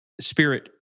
spirit